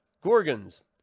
Gorgons